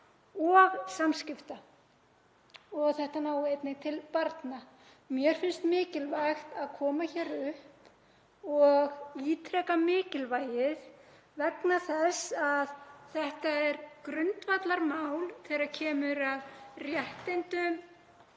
og samskipta og að þetta nái einnig til barna. Mér finnst mikilvægt að koma hér upp og ítreka mikilvægið vegna þess að þetta er grundvallarmál þegar kemur að réttindum